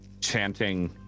chanting